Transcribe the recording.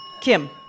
Kim